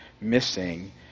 missing